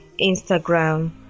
instagram